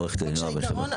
עו"ד נעה בן שבת.